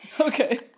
Okay